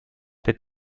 der